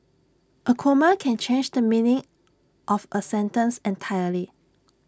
A comma can change the meaning of A sentence entirely